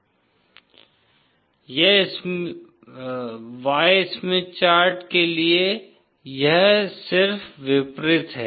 Y Smith chart के लिए यह सिर्फ विपरीत है